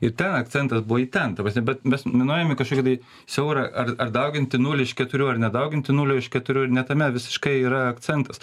ir ten akcentas buvo į ten ta prasme bet mes minuojame kad čia gali siaurą ar ar dauginti nulį iš keturių ar nedauginti nulio iš keturių ir ne tame visiškai yra akcentas